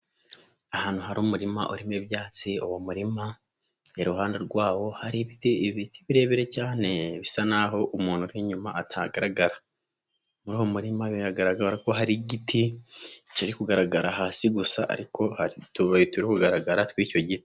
Ahantu hari umurima urimo ibyatsi, uwo murima iruhande rwawo hari ibiti birebire cyane, bisa n'aho umuntu uri inyuma atagaragara, muri uwo muririma biragaragara ko hari igiti, kiri kugaragara hasi gusa, ariko hari utubabi turi kugaragara tw'icyo giti.